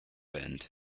band